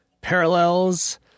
parallels